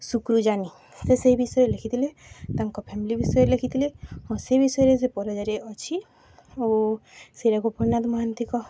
ଶୁକ୍ରଜାନି ସେ ସେଇ ବିଷୟରେ ଲେଖିଥିଲେ ତାଙ୍କ ଫ୍ୟାମିଲି ବିଷୟରେ ଲେଖିଥିଲେ ହଁ ସେ ବିଷୟରେ ସେ ପରଜାର ଅଛି ଓ ଶ୍ରୀ ଗୋପିନାଥ ମହାନ୍ତିଙ୍କ